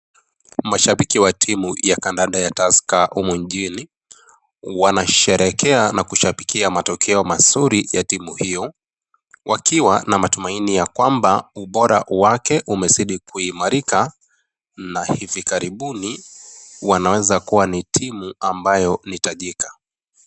Mashabiki wa timu ya kandanda ya Tusker humu nchini .Wanasherekea na kushabikia matokeo mazuri ya timu hio, wakiwa na matumaini ya kwamba ubora wake umezidi kuimarika na hivi karibuni wanaweza kuwa ni timu ambayo ni tajika.